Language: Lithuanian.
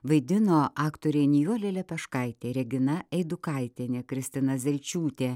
vaidino aktoriai nijolė lepeškaitė regina eidukaitienė kristina zelčiūtė